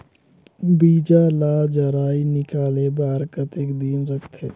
बीजा ला जराई निकाले बार कतेक दिन रखथे?